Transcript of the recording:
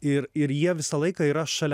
ir ir jie visą laiką yra šalia